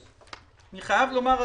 אני חייב לומר,